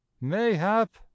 mayhap